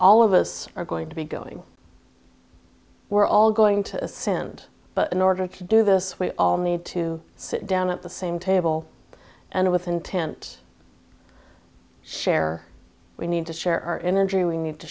all of us are going to be going we're all going to ascend but in order to do this we all need to sit down at the same table and with intent share we need to share our energy we need to